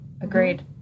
Agreed